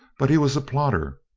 but he was a plodder,